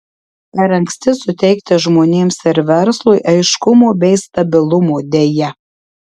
per anksti suteikti žmonėms ir verslui aiškumo bei stabilumo deja